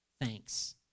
thanks